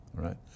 right